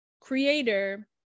creator